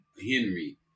Henry